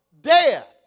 Death